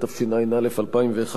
התשע"א 2011,